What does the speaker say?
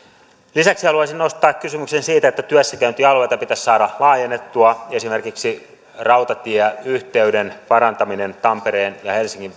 lisäksi haluaisin nostaa kysymyksen siitä että työssäkäyntialueita pitäisi saada laajennettua esimerkiksi rautatieyhteyden parantaminen tampereen ja helsingin